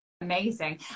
Amazing